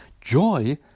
Joy